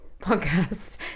podcast